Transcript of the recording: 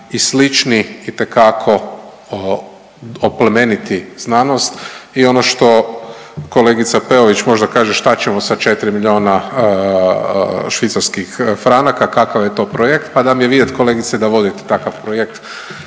i slični itekako oplemeniti znanost i ono što kolegica Peović možda kaže šta ćemo sa 4 milijuna švicarskih franaka, kakav je to projekt, pa da mi je vidjet kolegice da vodite takav projekt,